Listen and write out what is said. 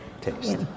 taste